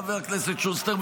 חבר הכנסת שוסטר,